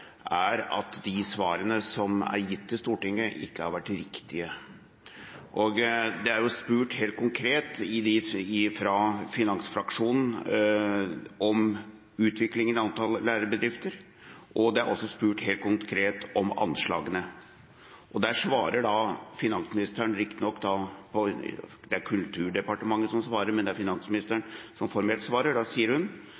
er at de svarene som er gitt til Stortinget, ikke har vært riktige. Det er blitt spurt helt konkret fra finansfraksjonen om utviklingen i antall lærebedrifter. Det er også blitt spurt helt konkret om anslagene. Der svarer finansministeren – riktig nok er det Kunnskapsdepartementet som svarer, men det er finansministeren